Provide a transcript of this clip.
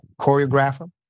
choreographer